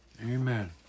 Amen